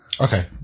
Okay